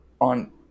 on